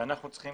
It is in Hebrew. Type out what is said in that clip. שאנחנו צריכים